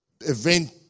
event